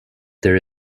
there